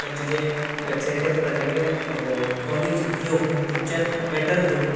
तांचे जे वेबसायटी आसा ताचे वयले नॉलेज घेवन थंयच्यान मॅटर घेवन